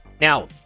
Now